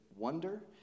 wonder